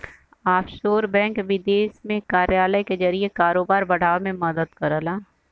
offshore bank विदेश में कार्यालय के जरिए कारोबार बढ़ावे में मदद करला